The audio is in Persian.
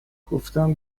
گفتم